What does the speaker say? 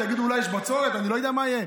תגידו אולי יש בצורת, אני לא יודע מה יהיה.